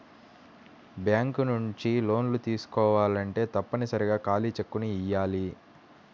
bank నుంచి లోన్లు తీసుకోవాలంటే తప్పనిసరిగా ఖాళీ చెక్కుని ఇయ్యాలి